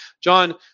John